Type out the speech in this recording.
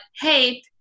Hey